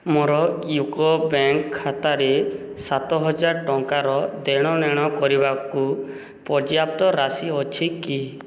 ମୋର UCO bank ଖାତାରେ ସାତହଜାର ଟଙ୍କାର ଦେଣନେଣ କରିବାକୁ ପର୍ଯ୍ୟାପ୍ତ ରାଶି ଅଛି କି